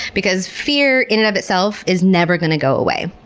because fear in and of itself is never gonna go away.